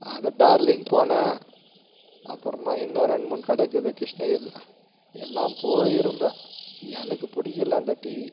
அது டார்லிங் போனேன் அப்புறமா இன்னும் ரெண்டு மூணு கடைக்குது கிருஷ்ணகிரியில் எல்லாம் போயிருந்தேன் எனக்கு பிடிக்கல அந்த டிவி